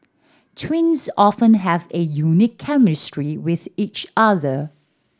twins often have a unique chemistry with each other